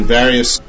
various